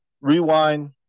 rewind